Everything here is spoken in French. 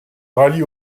rallie